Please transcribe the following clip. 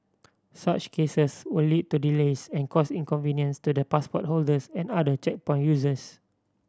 such cases will lead to delays and cause inconvenience to the passport holders and other checkpoint users